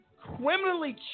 criminally